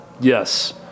Yes